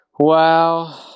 Wow